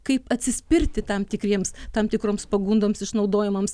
kaip atsispirti tam tikriems tam tikroms pagundoms išnaudojimams